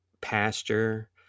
pasture